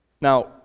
Now